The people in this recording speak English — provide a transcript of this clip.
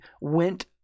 went